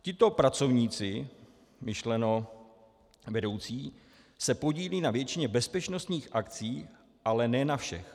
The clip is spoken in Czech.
Tito pracovníci myšleno vedoucí se podílejí na většině bezpečnostních akcí, ale ne na všech.